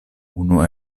unu